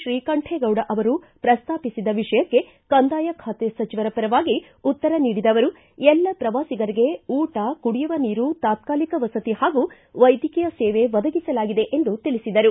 ಶ್ರೀಕಂಠೆಗೌಡ ಅವರು ಪ್ರಸ್ತಾಪಿಸಿದ ವಿಷಯಕ್ಕೆ ಕಂದಾಯ ಖಾತೆ ಸಚಿವರ ಪರವಾಗಿ ಉತ್ತರ ನೀಡಿದ ಅವರು ಎಲ್ಲ ಪ್ರವಾಸಿಗರಿಗೆ ಊಟ ಕುಡಿಯುವ ನೀರು ತಾತ್ಕಾಲಿಕ ವಸತಿ ಹಾಗೂ ವೈದ್ಯಕೀಯ ಸೇವೆ ಒದಗಿಸಲಾಗಿದೆ ಎಂದು ತಿಳಿಸಿದರು